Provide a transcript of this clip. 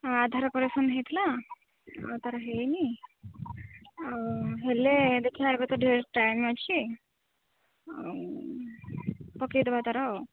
ହଁ ଆଧାର କରେକ୍ସନ୍ ହେଇଥିଲା ଆଉ ତା'ର ହେଇନି ଆଉ ହେଲେ ଦେଖିବା ଏବେ ତ ଢେର ଟାଇମ୍ ଅଛି ଆଉ ପକାଇ ଦେବା ତା'ର ଆଉ